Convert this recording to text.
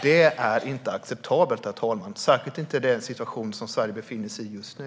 Det är inte acceptabelt, herr talman, och särskilt inte i den situation Sverige befinner sig i just nu.